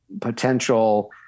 potential